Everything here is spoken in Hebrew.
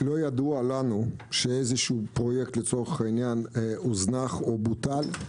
לא ידוע לנו שאיזשהו פרויקט לצורך העניין הוזנח או בוטל.